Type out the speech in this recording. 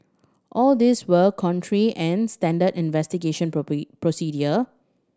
all these were contrary and standard investigation procedure